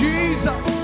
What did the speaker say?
Jesus